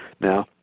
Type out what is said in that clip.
Now